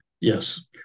Yes